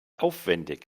aufwendig